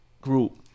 group